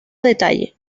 detalle